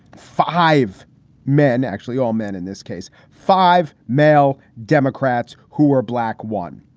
five men, actually, all men. in this case, five male democrats who are black one.